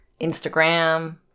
Instagram